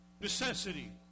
necessity